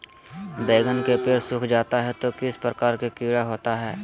बैगन के पेड़ सूख जाता है तो किस प्रकार के कीड़ा होता है?